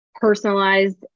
personalized